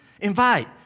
Invite